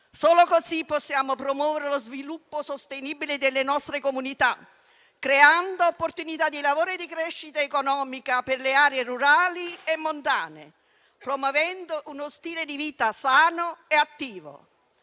Solo così possiamo promuovere lo sviluppo sostenibile delle nostre comunità, creando opportunità di lavoro e di crescita economica per le aree rurali e montane, promuovendo uno stile di vita sano e attivo.